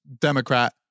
Democrat